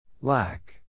Lack